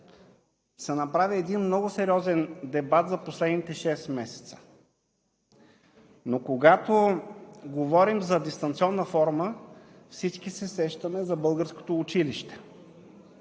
се направи един много сериозен дебат за последните шест месеца. Но когато говорим за дистанционна форма, всички се сещаме за българското училище